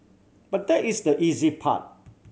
but that is the easy part